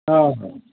ହଁ ହଉ